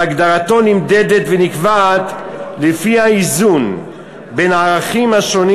והגדרתה נמדדת ונקבעת לפי האיזון בין הערכים השונים